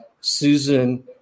Susan –